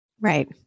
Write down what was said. Right